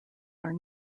are